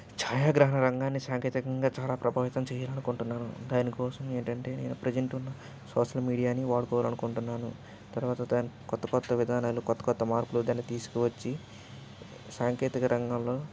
చాయాగ్రహణ రంగాన్ని సాంకేతికంగా చాలా ప్రభావితం చేయాలి అనుకుంటున్నాను దానికోసం ఏంటంటే నేను ప్రెసెంట్ ఉన్న సోషల్ మీడియాని వాడుకోవాలి అనుకుంటున్నాను తర్వాత దాని కొత్త కొత్త విధానాలు కొత్త కొత్త మార్పులు దాన్ని తీసుకువచ్చి సాంకేతిక రంగంలో